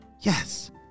Yes